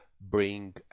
bring